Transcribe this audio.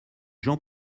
jean